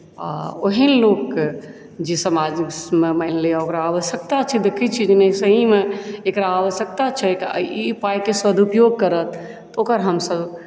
आओर ओहन लोकके जे समाजमे मानि लिअ ओकरा आवश्यकता छै देखैत छियै नहि सहीमे एकरा आवश्यकता छैक आओर ई पाइके सदुपयोग करत तऽ ओकर हमसभ